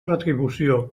retribució